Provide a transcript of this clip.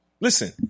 Listen